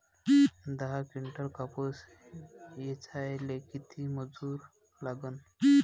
दहा किंटल कापूस ऐचायले किती मजूरी लागन?